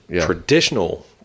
traditional